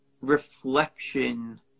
reflection